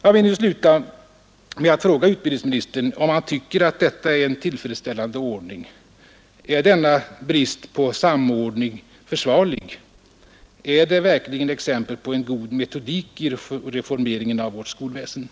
Jag vill sluta med att fråga utbildningsministern, om han tycker att detta är en tillfredsställande ordning. Är denna brist på samordning försvarlig? Är det verkligen exempel på en god metodik i reformeringen av vart skolväsende?